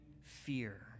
fear